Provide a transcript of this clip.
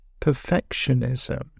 perfectionism